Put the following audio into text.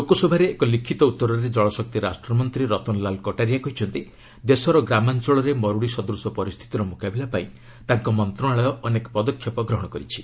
ଲୋକସଭାରେ ଏକ ଲିଖିତ ଉତ୍ତରରେ ଜଳଶକ୍ତି ରାଷ୍ଟ୍ରମନ୍ତ୍ରୀ ରତନଲାଲ କଟାରିଆ କହିଛନ୍ତି ଦେଶର ଗ୍ରାମାଞ୍ଚଳରେ ମରୁଡ଼ି ସଦୃଶ ପରିସ୍ଥିତିର ମୁକାବିଲା ପାଇଁ ତାଙ୍କ ମନ୍ତ୍ରଣାଳୟ ଅନେକ ପଦକ୍ଷେପ ଗ୍ରହଣ କରିଛି